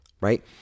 Right